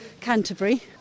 Canterbury